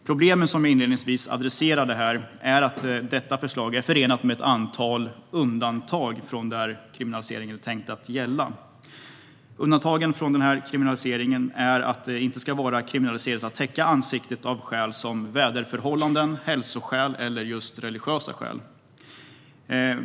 Problemet, som jag inledningsvis adresserade, är att detta förslag är förenat med ett antal undantag från det som kriminaliseringen är tänkt att gälla. Undantagen är att det inte ska vara kriminaliserat att täcka ansiktet av skäl som väderförhållanden, hälsoskäl eller religiösa skäl.